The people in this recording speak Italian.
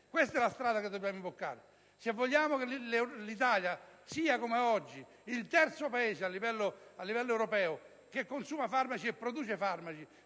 Questa è la strada che dobbiamo imboccare se vogliamo che l'Italia, come oggi, sia il terzo Paese a livello europeo che consuma e produce farmaci.